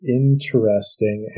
interesting